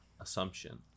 Assumption